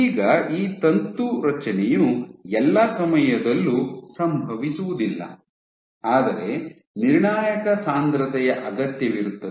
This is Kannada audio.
ಈಗ ಈ ತಂತು ರಚನೆಯು ಎಲ್ಲಾ ಸಮಯದಲ್ಲೂ ಸಂಭವಿಸುವುದಿಲ್ಲ ಆದರೆ ನಿರ್ಣಾಯಕ ಸಾಂದ್ರತೆಯ ಅಗತ್ಯವಿರುತ್ತದೆ